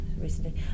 recently